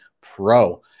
Pro